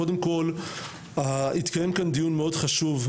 קודם כל התקיים כאן דיון מאוד חשוב,